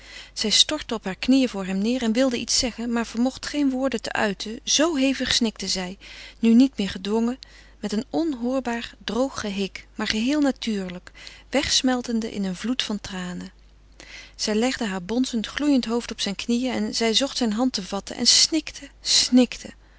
zij stortte op hare knieën voor hem neêr en wilde iets zeggen maar vermocht geen woorden te uiten zoo hevig snikte zij nu niet meer gedwongen met een onhoorbaar droog gehik maar geheel natuurlijk wegsmeltende in een vloed van tranen zij legde haar bonzend gloeiend hoofd op zijn knieën en zij zocht zijne hand te vatten en snikte snikte